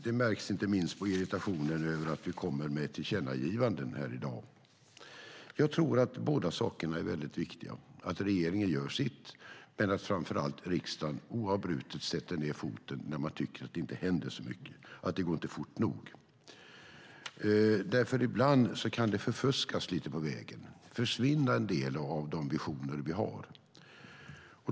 Det märks i minst på irritationen över att vi kommer med ett tillkännagivande i dag. Det är viktigt att regeringen gör sitt och framför allt att riksdagen oavbrutet sätter ned foten när man tycker att inte händer så mycket, att det inte går fort nog. Jag tror att båda sakerna är viktiga. Ibland kan det förfuskas lite på vägen och försvinna en del av de visioner vi har.